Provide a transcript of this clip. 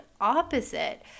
opposite